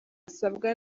asabwa